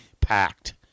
Packed